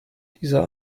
dieser